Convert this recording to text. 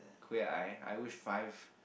queer eye I wish five